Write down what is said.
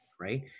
right